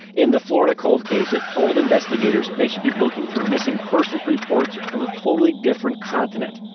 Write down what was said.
in the florida cold case, it told investigators they should be looking through missing persons reports from a totally different continent.